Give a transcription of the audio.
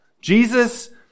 Jesus